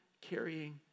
carrying